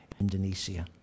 Indonesia